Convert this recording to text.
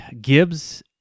Gibbs